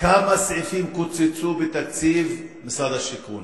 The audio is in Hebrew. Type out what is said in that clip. כמה סעיפים קוצצו בתקציב משרד השיכון